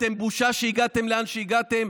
אתם בושה שהגעתם לאן שהגעתם.